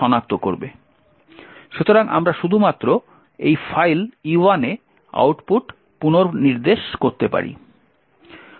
সুতরাং আমরা শুধুমাত্র এই ফাইল e1 এ আউটপুট পুনঃনির্দেশ করতে পারি